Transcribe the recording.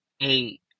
eight